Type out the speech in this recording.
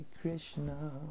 Krishna